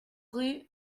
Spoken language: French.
rue